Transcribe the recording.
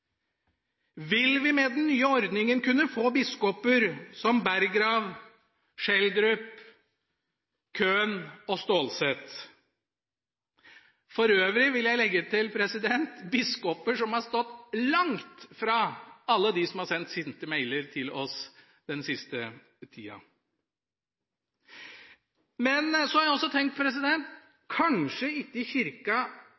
Vil vi med den nye ordninga kunne få biskoper som Berggrav, Schjelderup, Køhn og Stålsett – for øvrig, vil jeg legge til – biskoper som har stått langt fra alle dem som har sendt sinte e-poster til oss den siste tida. Men så har jeg også tenkt: